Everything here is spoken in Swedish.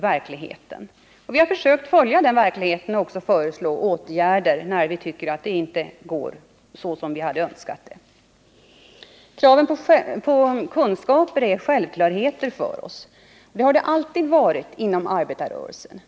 Vi har försökt följa verkligheten och också föreslå åtgärder när det inte har gått så som vi har önskat. Kraven på kunskaper är självklarheter för oss — det har de alltid varit inom arbetarrörelsen.